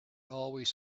always